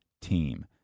team